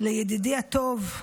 מהמקום הזה לידידי הטוב,